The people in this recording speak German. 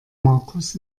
markus